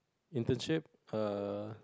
internship err